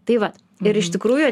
tai vat ir iš tikrųjų